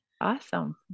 Awesome